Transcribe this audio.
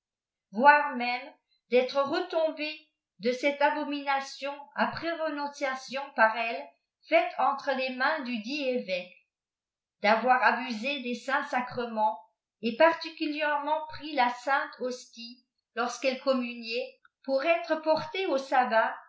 voire même d'être retombée e cette abomination après renonciation par elle faile entre les mains dodit évêque d'avoir abusé des saints sacrements et partiisulièrement pris la sainte bostie lorsqu'elle communiait pour être portée au sabbat